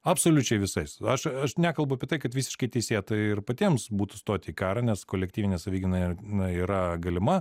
absoliučiai visais aš aš nekalbu apie tai kad visiškai teisėtai ir patiems būtų stoti į karą nes kolektyvinė savigyna ir na yra galima